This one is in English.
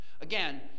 Again